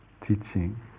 teaching